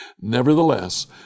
Nevertheless